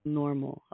normal